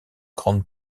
grande